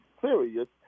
serious